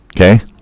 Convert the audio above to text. Okay